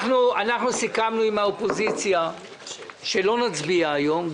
סיכמנו עם האופוזיציה שלא נצביע היום.